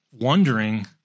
wondering